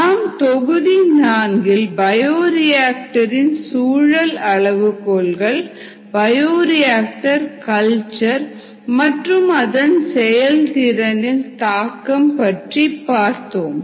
நாம் தொகுதி நான்கில் பயோரியாக்டர் இன் சூழல் அளவுகோல்கள் பயோரியாக்டர் கல்ச்சர் மற்றும் அதன் செயல்திறனில் தாக்கம் பற்றி பார்த்தோம்